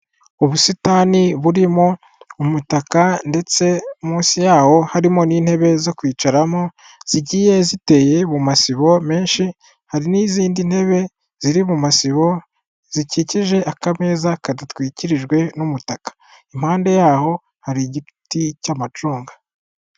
Ubusitani burimo umutaka ndetse munsi yawo harimo n'intebe zo kwicaramo, zigiye ziteye mu masibo menshi, hari n'izindi ntebe ziri mu masibo, zikikije akameza kadatwikirijwe n'umutaka. Impande yaho hari igiti cy'amacunga.